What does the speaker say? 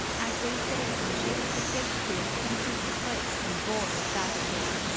as they say. from shakes to shakespeare, steve's is the place. and boy is that true!